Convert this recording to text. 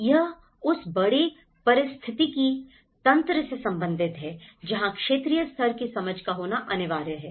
यह उस बड़े पारिस्थितिकी तंत्र से संबंधित है जहां क्षेत्रीय स्तर की समझ का होना अनिवार्य है